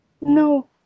No